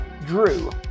Drew